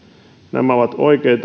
nämä ovat